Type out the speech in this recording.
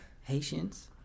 Haitians